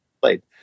played